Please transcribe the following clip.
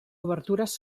obertures